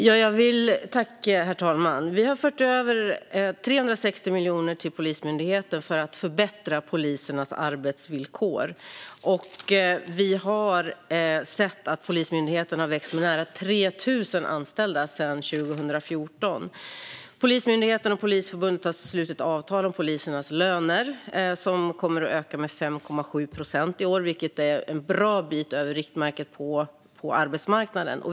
Herr talman! Vi har fört över 360 miljoner till Polismyndigheten för att förbättra polisernas arbetsvillkor, och vi har sett att Polismyndigheten har växt med nära 3 000 anställda sedan 2014. Polismyndigheten och Polisförbundet har slutit avtal om polisernas löner som kommer att öka med 5,7 procent i år, vilket är en bra bit över riktmärket på arbetsmarknaden.